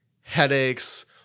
Headaches